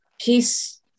Peace